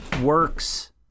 works